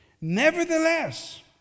Nevertheless